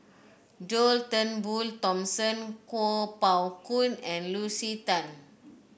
John Turnbull Thomson Kuo Pao Kun and Lucy Tan